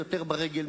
שר.